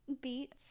beets